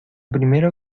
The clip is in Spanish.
primero